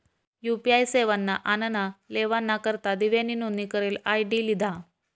UPI सेवाना आनन लेवाना करता दिव्यानी नोंदनी करेल आय.डी लिधा